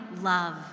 love